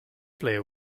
player